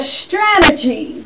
strategy